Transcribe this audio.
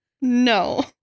no